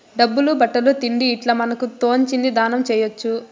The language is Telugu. డబ్బులు బట్టలు తిండి ఇట్లా మనకు తోచింది దానం చేయొచ్చు